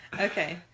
Okay